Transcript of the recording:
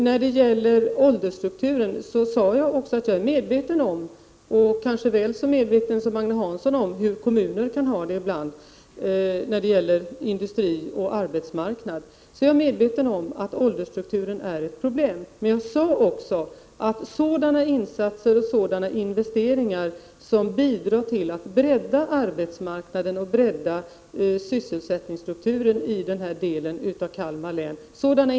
När det gäller åldersstrukturen sade jag också att jag är medveten om — och kanske väl så medveten som Agne Hansson — hur kommuner kan ha det ibland när det gäller industri och arbetsmarknad. Åldersstrukturen är ett problem, men jag sade också att man i fortsättningen skall se positivt på sådana insatser och sådana åtgärder som bidrar till att bredda arbetsmarknaden och sysselsättningsstrukturen i denna del av Kalmar län.